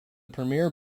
premier